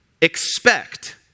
expect